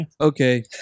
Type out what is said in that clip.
okay